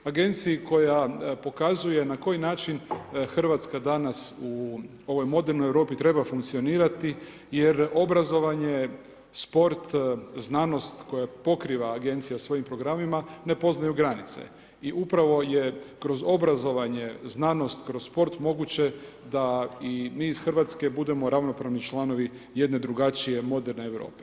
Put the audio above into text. Agenciji koja pokazuje na koji način Hrvatska danas u ovoj modernoj Europi treba funkcionirati jer obrazovanje, sport, znanost koja pokriva agencija svojim programima, ne poznaju granice i upravo je kroz obrazovanje, znanost, sport moguće da i mi iz Hrvatske budemo ravnopravni članovi jedne drugačije moderne Europe.